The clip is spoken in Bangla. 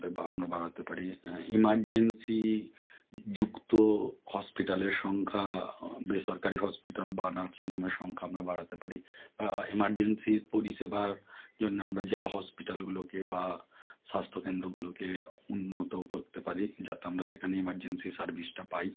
আমাদের বা আমরা বাড়াতে পারি এমার্জেন্সি যুক্ত হসপিটালের সংখ্যা বেসরকারি হসপিটাল বা নার্সিংহোমের সংখ্যা আমরা বাড়াতে পারি বা এমার্জেন্সি পরিষেবার জন্যে আমরা জেলা হসপিটালগুলোকে বা স্বাস্থ্যকেন্দ্রগুলোকে উন্নত করতে পারি যাতে আমরা সেখানে এমার্জেন্সি সার্ভিসটা পাই